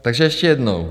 Takže ještě jednou.